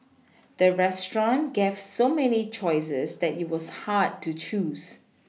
the restaurant gave so many choices that it was hard to choose